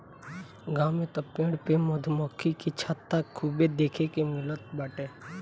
गांव में तअ पेड़ पे मधुमक्खी के छत्ता खूबे देखे के मिलत बाटे